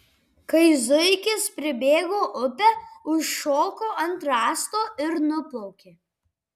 kai zuikis pribėgo upę užšoko ant rąsto ir nuplaukė